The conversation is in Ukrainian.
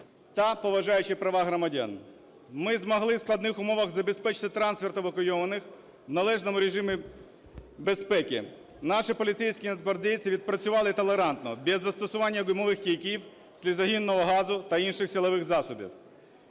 та поважаючи права громадян. Ми змогли в складних умовах забезпечити трансферт евакуйованих в належному режимі безпеки. Наші поліцейські, нацгвардійці відпрацювали толерантно, без застосування гумових кийків, сльозогінного газу та інших силових засобів.